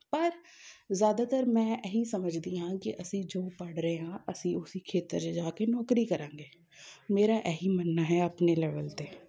ਪਰ ਜ਼ਿਆਦਾਤਰ ਮੈਂ ਇਹ ਹੀ ਸਮਝਦੀ ਹਾਂ ਕਿ ਅਸੀਂ ਜੋ ਪੜ੍ਹ ਰਹੇ ਹਾਂ ਅਸੀਂ ਉਸ ਹੀ ਖੇਤਰ 'ਚ ਜਾ ਕੇ ਨੌਕਰੀ ਕਰਾਂਗੇ ਮੇਰਾ ਇਹ ਹੀ ਮੰਨਣਾ ਹੈ ਆਪਣੇ ਲੈਵਲ ' ਤੇ